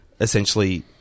essentially